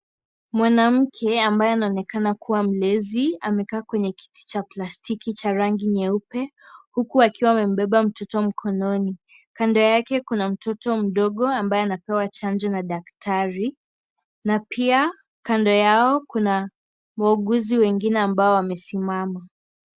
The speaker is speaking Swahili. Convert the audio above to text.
Mwanamke ambaye anaonekana kuwa mlezi amekaa kwenye kiti cha plastiki cha rangi nyeupe huku akiwa amembeba mtoto mkononi. Kando yake kuna mtoto mdogo ambaye anapewa chanjo na daktari na pia kando yao kuna wauguzi wengine ambao wamesimama.